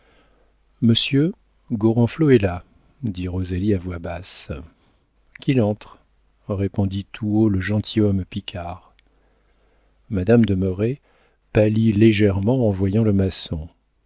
exécution monsieur gorenflot est là dit rosalie à voix basse qu'il entre répondit tout haut le gentilhomme picard madame de merret pâlit légèrement en voyant le maçon